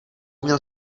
měl